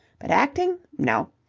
but acting no.